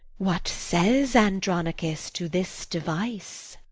what says andronicus to this device?